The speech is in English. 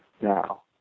Now